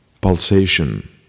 pulsation